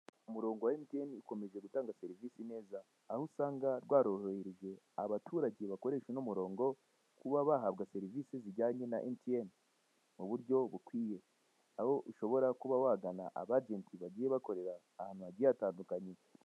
Umurongo wa emutiyene ikomeje gutanga serivise neza, aho usanga rwarorohereje abaturage bakoresha uno murongo kuba bahabwa serivise zijyanye na emutiyene mu buryo bukwiye, aho ushobora kuba wagana abajenti bagiye bakorera ahantu hagiye hatandukanye.